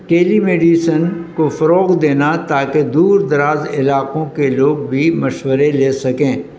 ٹیلی medicine کو فروغ دینا تاکہ دور دراز علاقوں کے لوگ بھی مشورے لے سکیں